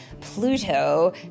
Pluto